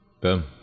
boom